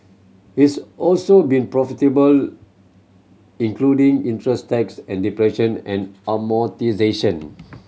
it's also been profitable including interest tax and depression and amortisation